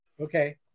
Okay